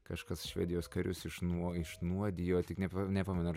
kažkas švedijos karius iš nuo išnuodijo tik ne nepamenu ar